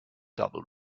double